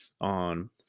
on